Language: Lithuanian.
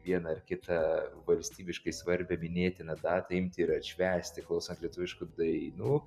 vieną ar kitą valstybiškai svarbią minėtiną datą imti ir atšvęsti klausant lietuviškų dainų